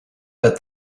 but